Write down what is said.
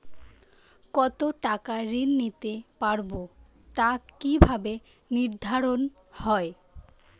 কতো টাকা ঋণ নিতে পারবো তা কি ভাবে নির্ধারণ হয়?